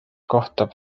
kohtab